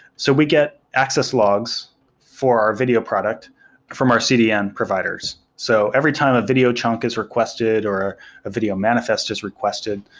so we get access logs for our video product from our cdn providers. so every time a video chunk is requested or a video manifest s requested,